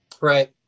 right